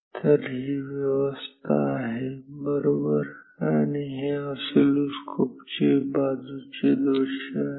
तर ही व्यवस्था आहे बरोबर आणि हे ऑसिलोस्कोप चे बाजूचे दृश्य आहे